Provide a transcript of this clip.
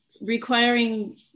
requiring